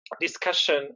discussion